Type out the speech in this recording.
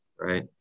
right